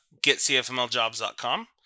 getcfmljobs.com